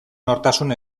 nortasun